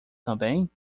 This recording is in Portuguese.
também